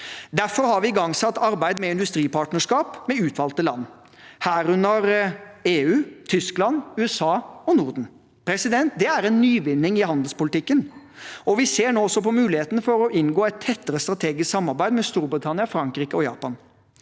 Derfor har vi igangsatt arbeid med industripartnerskap med utvalgte land, herunder EU, Tyskland, USA og Norden. Det er en nyvinning i handelspolitikken. Vi ser nå også på mulighetene for å inngå et tettere strategisk samarbeid med Storbritannia, Frankrike og Japan.